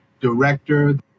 director